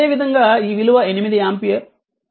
అదేవిధంగా ఈ విలువ 8 ఆంపియర్ IL1 0